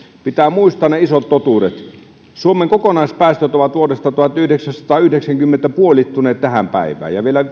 pitää muistaa ne isot totuudet suomen kokonaispäästöt ovat vuodesta tuhatyhdeksänsataayhdeksänkymmentä puolittuneet tähän päivään ja vielä